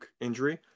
injury